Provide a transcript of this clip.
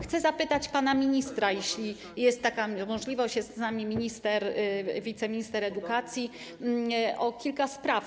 Chcę zapytać pana ministra, jeśli jest taka możliwość - jest z nami wiceminister edukacji - o kilka spraw.